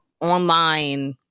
online